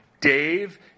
Dave